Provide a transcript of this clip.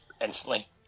instantly